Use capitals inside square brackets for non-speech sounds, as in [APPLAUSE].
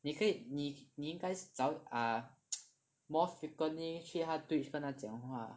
你可以你应该是找 ah [NOISE] more frequently 去他 Twitch 跟他讲话